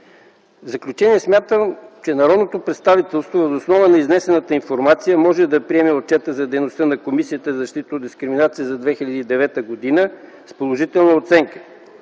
В заключение, смятам, че народното представителство въз основа на изнесената информация може да приеме отчета за дейността на Комисията за защита от дискриминация за 2009 г. с положителна оценка.